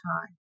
time